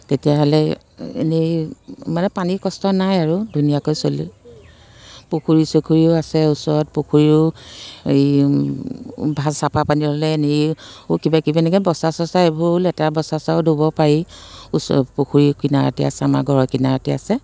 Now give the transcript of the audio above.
তেতিয়াহ'লে এনেই মানে পানীৰ কষ্ট নাই আৰু ধুনীয়াকৈ চলি পুখুৰী চুখুৰীও আছে ওচৰত পুখুৰীও এই ভাল চাফা পানী হ'লে আৰু কিবা কিবি এনেকৈ বস্তা চস্তা এইবোৰো লেতেৰা বস্তা চস্তাও ধুব পাৰি ওচ পুখুৰীৰ কিনাৰতে আছে আমাৰ ঘৰৰ কিনাৰতে আছে